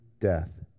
death